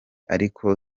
ariko